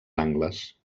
angles